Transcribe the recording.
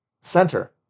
center